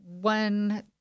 one